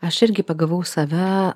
aš irgi pagavau save